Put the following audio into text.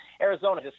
Arizona